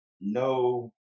no